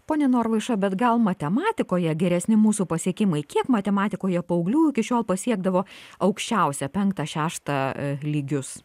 pone norvaiša bet gal matematikoje geresni mūsų pasiekimai kiek matematikoje paauglių iki šiol pasiekdavo aukščiausią penktą šeštą lygius